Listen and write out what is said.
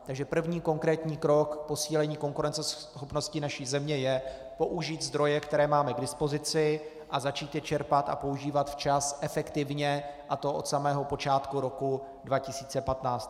Takže první konkrétní krok k posílení konkurenceschopnosti naší země je použít zdroje, které máme k dispozici, a začít je čerpat a používat včas, efektivně, a to od samého počátku roku 2015.